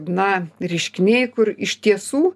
na reiškiniai kur iš tiesų